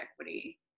Equity